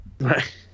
Right